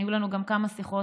היו לנו גם כמה שיחות,